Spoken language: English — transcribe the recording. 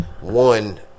one